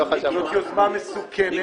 זאת יוזמה מסוכנת,